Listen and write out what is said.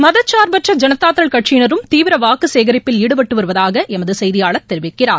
மதசார்பற்ற ஜனதாதள் கட்சியினரும் தீவிர வாக்கு சேகரிப்பில் ஈடுபட்டு வருவதாக எமது செய்தியாளர் தெரிவிக்கிறார்